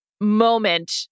moment